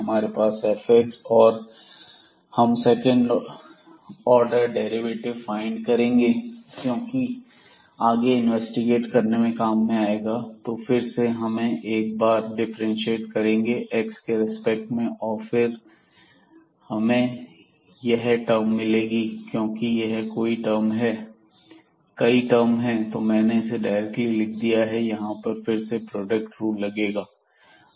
हमारे पास fx है और हम सेकंड ऑर्डर डेरिवेटिव फाइंड करेंगे क्योंकि आगे इन्वेस्टिगेट करने में काम आएगा तो फिर से हम इसे एक बार फिर डिफ्रेंशिएट करेंगे x के रेस्पेक्ट में और हमें यह तो मिलेगी क्योंकि यह कई टर्म हैं तो मैंने इसे डायरेक्टली लिख दिया है यहां पर फिर से प्रोडक्ट रूल लगेगा